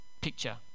picture